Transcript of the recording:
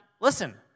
listen